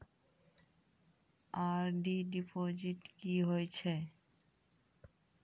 RD deposit की होय छै?